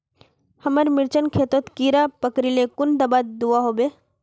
हमार मिर्चन खेतोत कीड़ा पकरिले कुन दाबा दुआहोबे?